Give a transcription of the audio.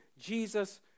Jesus